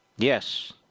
Yes